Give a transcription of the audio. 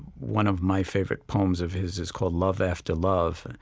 one of my favorite poems of his is called love after love,